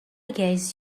guess